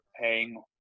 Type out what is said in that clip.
paying